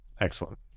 Excellent